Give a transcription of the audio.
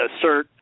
assert